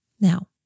Now